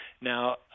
Now